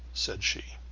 said she.